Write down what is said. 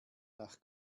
nach